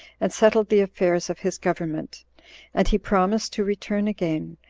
and settle the affairs of his government and he promised to return again,